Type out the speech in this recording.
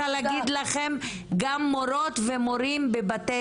אני רוצה להגיד לכם שגם מי שנפגע מזה אלו המורות והמורים בבתי